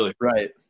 Right